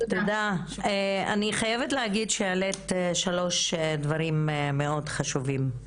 אני חייבת להגיד שהעלית שלוש דברים מאוד חשובים,